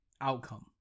outcome